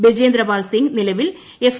ബജേന്ദ്രപാൽസിങ് നിലവിൽ എഫ്